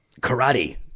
karate